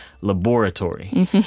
Laboratory